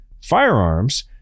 firearms